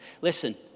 Listen